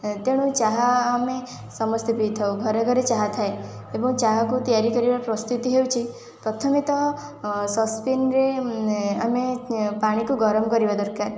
ତେଣୁ ଚାହା ଆମେ ସମସ୍ତେ ପିଇଥାଉ ଘରେ ଘରେ ଚାହା ଥାଏ ଏବଂ ଚାହାକୁ ତିଆରି କରିବାର ପ୍ରସ୍ତୁତି ହେଉଛି ପ୍ରଥମତଃ ସସପ୍ୟାନରେ ଆମେ ପାଣିକୁ ଗରମ କରିବା ଦରକାର